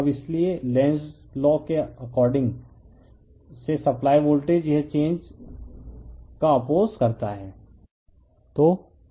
अब इसलिए Lenz law के अकॉर्डिंग सप्लाई वोल्टेज यह चेंग का अप्पोस करता है